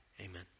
amen